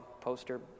poster